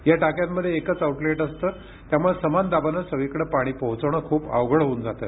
या टाक्यांमध्ये एकच आउलेट असतं त्यामुळे समान दाबानं सगळीकडे पाणी पोहचवणं खूप अवघड होऊन जातं